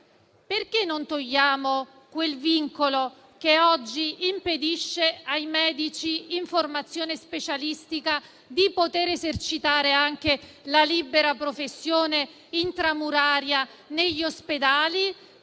propone di eliminare il vincolo che oggi impedisce ai medici in formazione specialistica di esercitare anche la libera professione intramuraria negli ospedali.